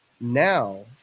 now